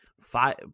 five